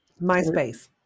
MySpace